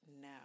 now